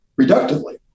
reductively